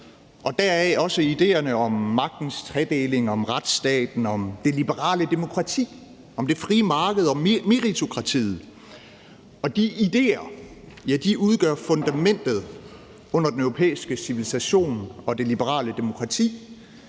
og deraf også idéerne om magtens tredeling, om retsstaten, om det liberale demokrati, om det frie marked og om meritokratiet. De idéer udgør fundamentet under den europæiske civilisation og det liberale demokrati,